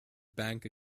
bank